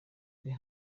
iri